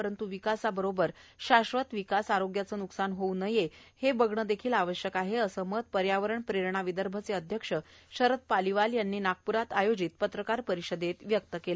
परंतू विकासाबरोबर शाश्वत विकास आरोग्याचे नुकसान होऊ नये हे बघणे देखील आवश्यक आहे असे मत पर्यावरण प्रेरणा विदर्भचे अध्यक्ष शरद पालीवाल यांनी नागपूरात पत्रकार परिषदेत व्यक्त केले